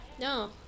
no